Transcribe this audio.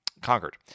conquered